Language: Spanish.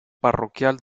parroquial